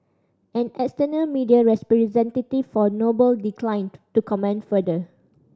an external media representative for Noble declined to comment further